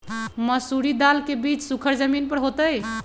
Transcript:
मसूरी दाल के बीज सुखर जमीन पर होतई?